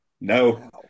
no